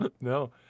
no